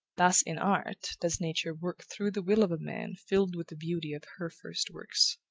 thus in art, does nature work through the will of a man filled with the beauty of her first works.